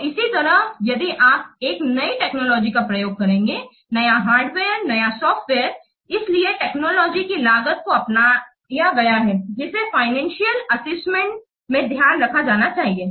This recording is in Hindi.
तो इसी तरह यदि आप एक नयी टेक्नोलॉजी का प्रयोग करेंगे नया हार्डवेयर नया सॉफ्टवेयर इसलिए टेक्नोलॉजी की लागत को अपनाया गया है जिसे फाइनेंसियल असेसमेंट में ध्यान में रखा जाना चाहिए